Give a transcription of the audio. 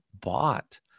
bought